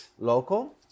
local